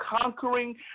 conquering